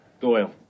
Doyle